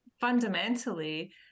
fundamentally